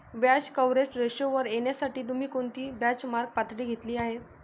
व्याज कव्हरेज रेशोवर येण्यासाठी तुम्ही कोणती बेंचमार्क पातळी घेतली आहे?